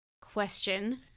question